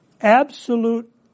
absolute